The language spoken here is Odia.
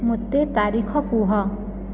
ମୋତେ ତାରିଖ କୁହ